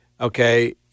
okay